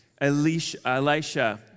Elisha